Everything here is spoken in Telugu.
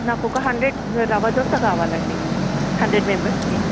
నాకొక హండ్రెడ్ రవ్వ దోశ కావాలండి హండ్రెడ్ మెంబర్స్కి